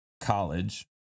college